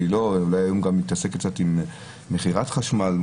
שאולי מתעסקת קצת עם מכירת חשמל,